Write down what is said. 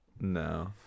No